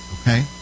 okay